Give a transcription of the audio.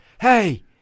Hey